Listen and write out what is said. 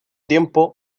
tiempo